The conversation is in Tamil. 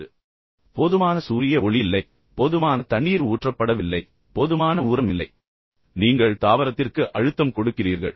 இப்போது போதுமான சூரிய ஒளி இல்லை போதுமான தண்ணீர் ஊற்றப்படவில்லை போதுமான உரம் கொடுக்கப்படவில்லை எனவே நீங்கள் தாவரத்திற்கு அழுத்தம் கொடுக்கிறீர்கள்